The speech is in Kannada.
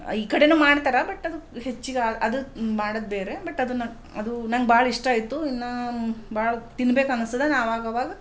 ಈ ಕಡೆನೂ ಮಾಡ್ತಾರೆ ಬಟ್ ಅದಕ್ಕೆ ಹೆಚ್ಚಿಗೆ ಅದಕ್ಕೆ ಮಾಡೋದ್ ಬೇರೆ ಬಟ್ ಅದನ್ನು ಅದು ನಂಗೆ ಭಾಳ ಇಷ್ಟ ಆಯಿತು ಇನ್ನು ಭಾಳ ತಿನ್ಬೇಕು ಅನಿಸ್ತದೆ ನಾನು ಅವಾಗವಾಗ